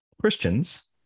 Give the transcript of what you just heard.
Christians